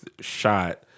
shot